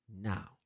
now